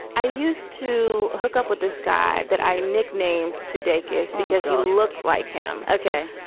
i used to hook up with this guy that i nicknamed sudeikis because he looks like him. okay.